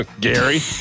Gary